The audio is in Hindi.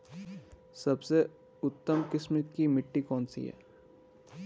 सबसे उत्तम किस्म की मिट्टी कौन सी है?